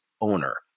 owner